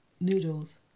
noodles